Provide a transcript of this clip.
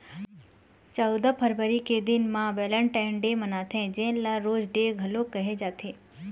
चउदा फरवरी के दिन म वेलेंटाइन डे मनाथे जेन ल रोज डे घलोक कहे जाथे